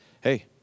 Hey